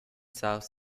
south